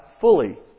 fully